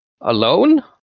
alone